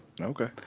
Okay